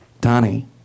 Donnie